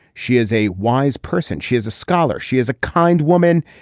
she is a wise person. she is a scholar. she is a kind woman.